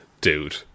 dude